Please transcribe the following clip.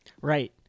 Right